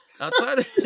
Outside